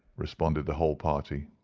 responded the whole party.